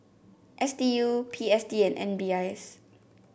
S D U P S D and M D I S